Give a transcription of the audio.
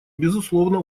безусловно